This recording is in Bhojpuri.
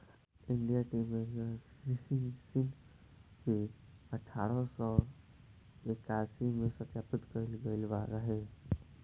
इंडिया टी एस्सोसिएशन के अठारह सौ इक्यासी में स्थापित कईल गईल रहे